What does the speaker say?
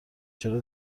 چرا